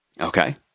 Okay